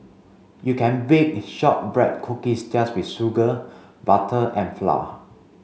you can bake shortbread cookies just with sugar butter and flour